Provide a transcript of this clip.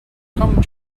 come